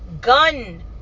gun